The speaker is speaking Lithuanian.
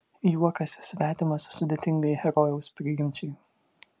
juokas svetimas sudėtingai herojaus prigimčiai